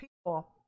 people